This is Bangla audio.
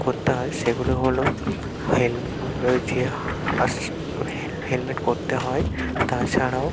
করতে হয় সেগুলো হল হেলমেট পরতে হয় তাছাড়াও